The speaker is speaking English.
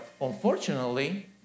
unfortunately